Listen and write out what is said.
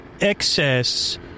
excess